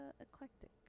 eclectic